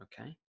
okay